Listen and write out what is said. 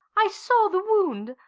i saw the wound,